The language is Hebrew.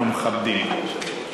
אנחנו מכבדים.